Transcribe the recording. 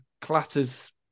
clatters